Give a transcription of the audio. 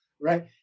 right